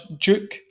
Duke